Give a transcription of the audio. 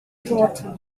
thought